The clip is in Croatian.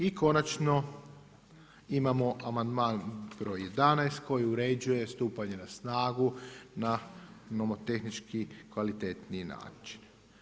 I konačno imamo amandman broj 11. koji uređuje stupanje na snagu na nomotehnički kvalitetniji način.